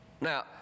Now